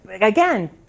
again